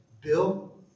Bill